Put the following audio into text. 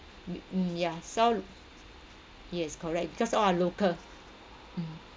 mm yeah so yes correct because all are local